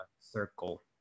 circle